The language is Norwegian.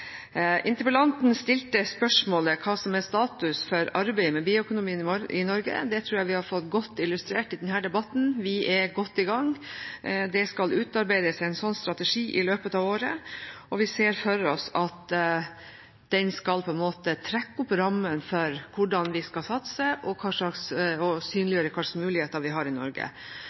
Interpellanten stilte spørsmålet om hva som er status for bioøkonomien i Norge. Det tror jeg vi har fått godt illustrert i denne debatten. Vi er godt i gang. Det skal utarbeides en slik strategi i løpet av året, og vi ser for oss at den skal trekke opp rammen for hvordan vi skal satse, og